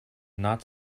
not